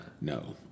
No